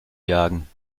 jagen